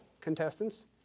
contestants